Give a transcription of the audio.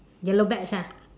yellow badge ah